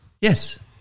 Yes